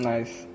Nice